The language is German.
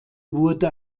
wurde